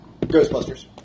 Ghostbusters